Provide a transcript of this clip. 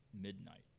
midnight